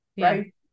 right